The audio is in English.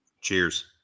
Cheers